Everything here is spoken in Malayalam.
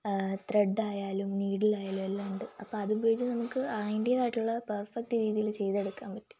ത്രെഡായാലും നീഡിലായാലും എല്ലാം ഉണ്ട് അപ്പോൾ അതുപയോഗിച്ച് നമുക്ക് അതിൻ്റേതായിട്ടുള്ള പെർഫെക്ട് രീതിയിൽ ചെയ്തെടുക്കാൻ പറ്റും